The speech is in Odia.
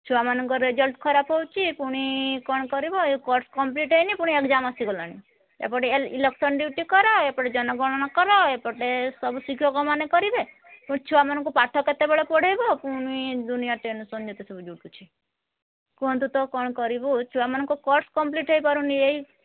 ଛୁଆମାନଙ୍କ ରେଜଲ୍ଟ ଖରାପ ହେଉଛି ପୁଣି କ'ଣ କରିବ ଏ କୋର୍ସ କମ୍ପ୍ଲିଟ୍ ହେଇନି ପୁଣି ଏକ୍ଜାମ୍ ଆସିଗଲାଣି ଏପଟେ ଇଲେକ୍ସନ୍ ଡିୟୁଟି କର ଏପଟେ ଜନଗଣନା କର ଏପଟେ ସବୁ ଶିକ୍ଷକ ମାନେ କରିବେ ପୁଣି ଛୁଆମାନଙ୍କୁ ପାଠ କେତେବେଳେ ପଢ଼େଇବ ପୁଣି ଦୁନିଆଁ ଟେନସନ୍ ଯେତେ ସବୁ ଜୁଟୁଛି କୁହନ୍ତୁ ତ କ'ଣ କରିବୁ ଛୁଆମାନଙ୍କ କୋର୍ସ କମ୍ପ୍ଲିଟ୍ ହେଇପାରୁନି ଏଇ